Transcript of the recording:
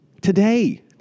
today